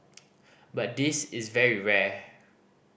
but this is very rare